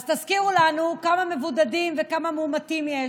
אז תזכירו לנו כמה מבודדים וכמה מאומתים יש,